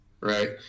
right